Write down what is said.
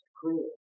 cruel